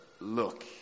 Look